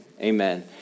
amen